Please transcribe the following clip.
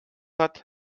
hat